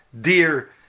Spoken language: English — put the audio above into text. dear